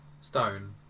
stone